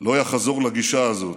לא יחזור לגישה הזאת,